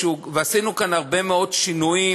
ועשינו כאן הרבה מאוד שינויים,